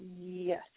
Yes